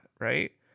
Right